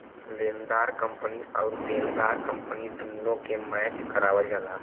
लेनेदार कंपनी आउर देनदार कंपनी दुन्नो के मैच करावल जाला